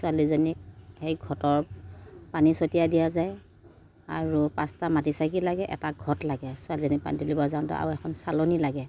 ছোৱালীজনীক সেই ঘটৰ পানী ছতিয়াই দিয়া যায় আৰু পাঁচটা মাটি চাকি লাগে এটা ঘট লাগে ছোৱালীজনীক পানী তুলিব যাওঁতে আৰু এখন চালনী লাগে